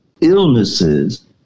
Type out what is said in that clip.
Illnesses